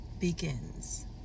begins